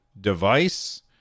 device